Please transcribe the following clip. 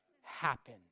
happen